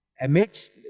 amidst